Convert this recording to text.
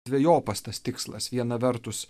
dvejopas tas tikslas viena vertus